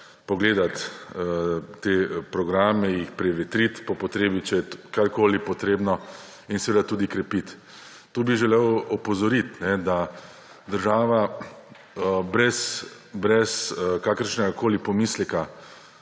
pogledati te programe, jih po potrebi prevetriti, če je karkoli potrebno, in seveda tudi krepiti. Tu bi želel opozoriti, da država brez kakršnegakoli pomisleka